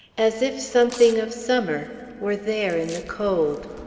as if something of summer were there in the cold.